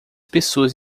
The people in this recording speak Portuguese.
pessoas